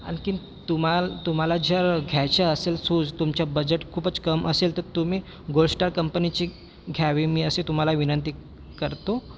आणखीन तुम्हाल तुम्हाला जर घ्यायचं असेल शूज तुमचं बजेट खूपच कमी असेल तर तुम्ही गोल्डस्टार कंपनीची घ्यावी मी अशी तुम्हाला विनंती करतो